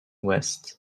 west